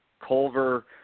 Culver